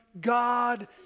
God